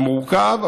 זה מורכב,